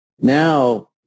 Now